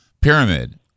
pyramid